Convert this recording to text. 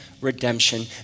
redemption